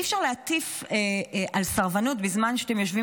אי-אפשר להטיף על סרבנות בזמן שאתם יושבים